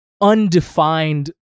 undefined